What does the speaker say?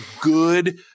good